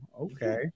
Okay